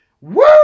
Woo